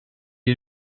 est